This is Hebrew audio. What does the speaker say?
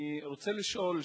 אני רוצה לשאול,